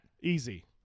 Easy